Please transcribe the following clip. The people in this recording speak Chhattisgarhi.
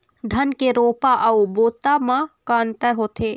धन के रोपा अऊ बोता म का अंतर होथे?